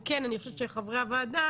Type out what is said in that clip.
וכן אני חושבת שחברי הוועדה,